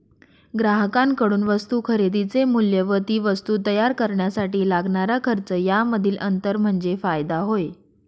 ग्राहकांकडून वस्तू खरेदीचे मूल्य व ती वस्तू तयार करण्यासाठी लागणारा खर्च यामधील अंतर म्हणजे फायदा होय